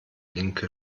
linke